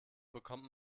bekommt